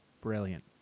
Brilliant